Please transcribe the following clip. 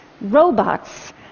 robots